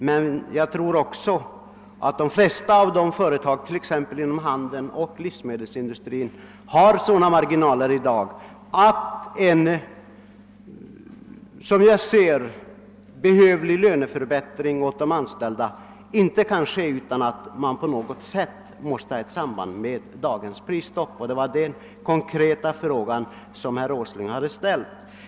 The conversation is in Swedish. Men man kommer inte ifrån att de flesta av företagen t.ex. inom handeln och livsmedelsindustrin i dag har sådana marginaler, att en som jag ser det behövlig löneförbättring för de anställda inte kan ske på grund av dagens prisstopp. Det var den konkreta frågan herr Åsling hade ställt.